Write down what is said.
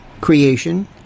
creation